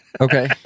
Okay